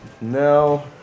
No